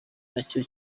nacyo